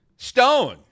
Stone